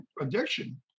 addiction